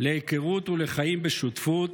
להיכרות ולחיים בשותפות.